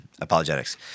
apologetics